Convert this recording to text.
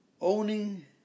Owning